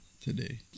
today